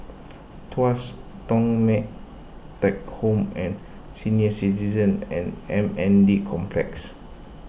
Tuas Thong Teck Home at Senior Citizens and M N D Complex